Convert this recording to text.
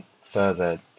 further